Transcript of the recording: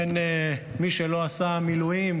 אדוני היושב-ראש,